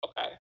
okay